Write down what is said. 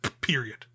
period